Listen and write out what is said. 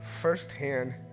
firsthand